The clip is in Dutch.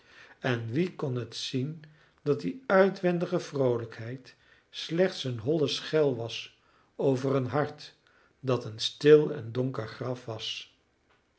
en wie kon het zien dat die uitwendige vroolijkheid slechts een holle schel was over een hart dat een stil en donker graf was